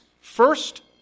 first